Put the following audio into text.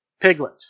Piglet